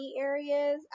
areas